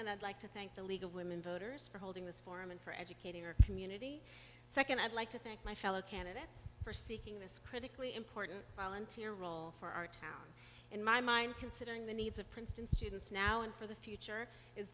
and i'd like to thank the league of women voters for holding this forum and for educating our community second i'd like to thank my fellow candidates for seeking this critically important volunteer role for our town in my mind considering the needs of princeton students now and for the future is